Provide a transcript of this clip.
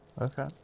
okay